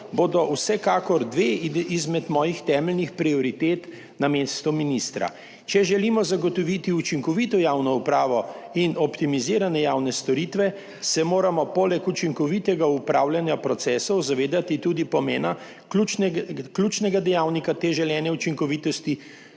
bodo vsekakor dve izmed mojih temeljnih prioritet Na mesto **6. TRAK: (TB) – 8.55** (nadaljevanje) ministra. Če želimo zagotoviti učinkovito javno upravo in optimizirane javne storitve, se moramo poleg učinkovitega upravljanja procesov zavedati tudi pomena ključnega dejavnika te želene učinkovitosti,